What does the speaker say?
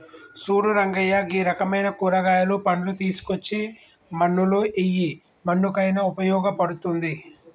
సూడు రంగయ్య గీ రకమైన కూరగాయలు, పండ్లు తీసుకోచ్చి మన్నులో ఎయ్యి మన్నుకయిన ఉపయోగ పడుతుంది